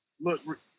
Look